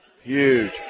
huge